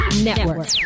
Network